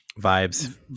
vibes